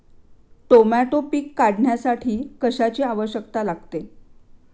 Tomato पीक काढण्यासाठी कशाची आवश्यकता लागते?